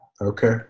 okay